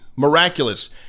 miraculous